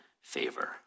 favor